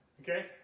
okay